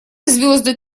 звезды